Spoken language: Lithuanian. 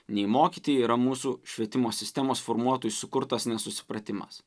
nei mokyti yra mūsų švietimo sistemos formuotojų sukurtos nesusipratimas